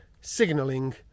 signaling